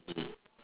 mmhmm